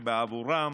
שבעבורם